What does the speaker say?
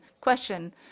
Question